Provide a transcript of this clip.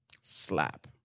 slap